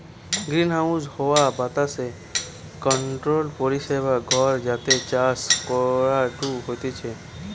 greenhouse হাওয়া বাতাস controlled পরিবেশ ঘর যাতে চাষ করাঢু হতিছে